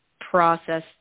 process